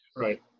Right